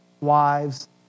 wives